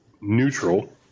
neutral